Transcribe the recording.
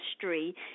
history